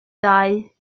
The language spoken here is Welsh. ddau